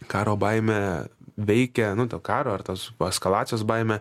karo baimė veikia nu to karo ar tos paskalacijos baimė